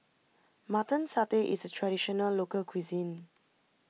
Mutton Satay is a Traditional Local Cuisine